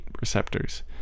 receptors